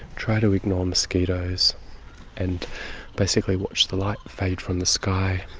try to ignore mosquitos and basically watch the light fade from the sky.